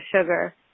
sugar